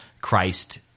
Christ